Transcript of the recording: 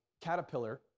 caterpillar